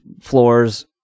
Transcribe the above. floors